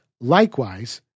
likewise